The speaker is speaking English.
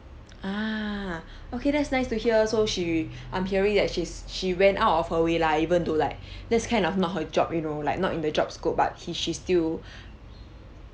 ah okay that's nice to hear so she I'm hearing that she's she went out of her way lah even though like that's kind of not her job you know like not in the job scope but he she still